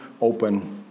open